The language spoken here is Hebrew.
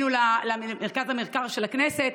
מרכז המחקר של הכנסת,